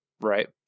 Right